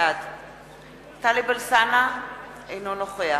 בעד טלב אלסאנע, אינו נוכח